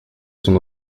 son